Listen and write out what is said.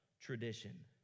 tradition